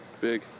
big